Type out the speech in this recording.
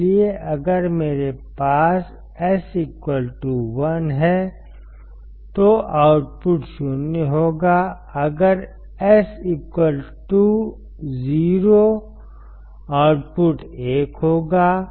इसलिए अगर मेरे पास S 1 है तो आउटपुट 0 होगा अगर S 0 आउटपुट 1 होगा